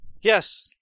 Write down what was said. Yes